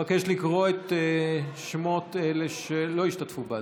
אבקש לקרוא את שמות אלה שלא השתתפו בהצבעה.